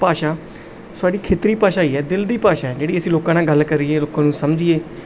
ਭਾਸ਼ਾ ਸੋਰੀ ਖੇਤਰੀ ਭਾਸ਼ਾ ਹੀ ਹੈ ਦਿਲ ਦੀ ਭਾਸ਼ਾ ਜਿਹੜੀ ਅਸੀਂ ਲੋਕਾਂ ਨਾਲ ਗੱਲ ਕਰੀਏ ਲੋਕਾਂ ਨੂੰ ਸਮਝੀਏ